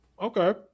Okay